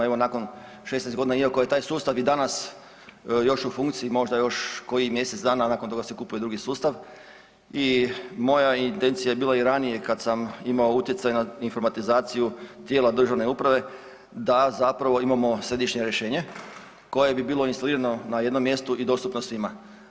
Evo nakon 16 godina iako je taj sustav i danas još u funkciji možda još kojih mjesec dana, a nakon toga se kupuje drugi sustav i moja intencija je bila i ranije kada sam imao utjecaj na informatizaciju tijela državne uprave da zapravo imamo središnje rješenje koje bi bilo instalirano na jednom mjestu i dostupno svima.